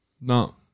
no